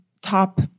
top